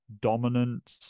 dominant